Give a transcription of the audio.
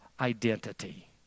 identity